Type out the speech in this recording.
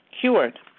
cured